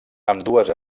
ambdues